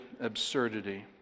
absurdity